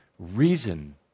reason